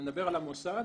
אני מדבר על המוסד,